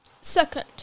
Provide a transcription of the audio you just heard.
Second